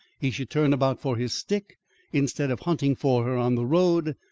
he should turn about for his stick instead of hunting for her on the road,